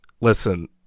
listen